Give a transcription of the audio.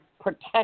protect